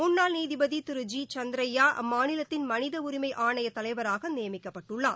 முன்னாள் நீதிபதி திரு ஜி சந்திரய்யா அம்மாநிலத்தின் மனித உரிமை ஆணையத் தலைவராக நியமிக்கப்பட்டுள்ளார்